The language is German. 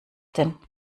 denn